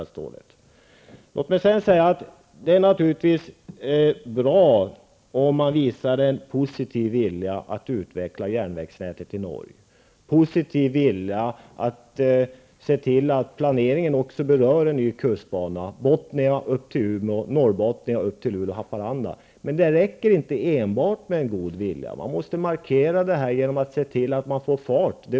Det är naturligtvis bra om man visar en positiv vilja att utveckla järnvägsnätet i de norra delarna, en positiv vilja att se till att planeringen berör också en ny kustbana, Bothniabanan upp till Umeå och Norrbothniabanan upp till Luleå--Haparanda. Men det räcker inte enbart med en god vilja. Man måste också markera denna vilja genom att se till att det sätts fart.